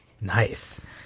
Nice